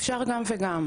אפשר גם וגם.